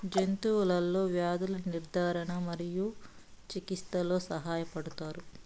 జంతువులలో వ్యాధుల నిర్ధారణ మరియు చికిత్చలో సహాయపడుతారు